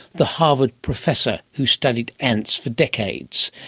the harvard professor who studied ants for decades.